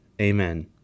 Amen